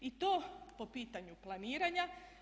I to po pitanju planiranja.